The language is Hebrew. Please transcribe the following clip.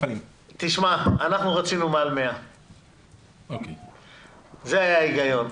אנחנו רצינו מעל 100. זה היה ההיגיון.